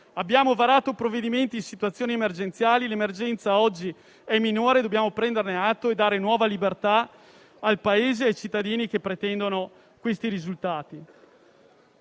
Abbiamo varato provvedimenti in situazioni emergenziali. L'emergenza oggi è minore: dobbiamo prenderne atto e dare nuova libertà al Paese e ai cittadini che pretendono questi risultati.